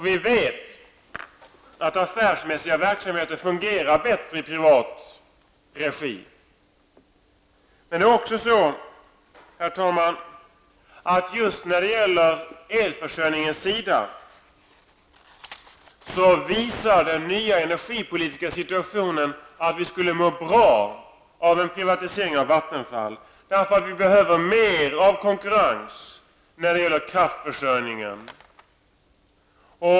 Vi vet att affärsmässiga verksamheter fungerar bättre i privat regi. Herr talman! När det gäller elförsörjningen visar den nya energipolitiska situationen att vi i Sverige skulle må bra av en privatisering av Vattenfall, eftersom vi behöver mer konkurrens när det gäller kraftförsörjningen.